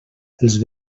els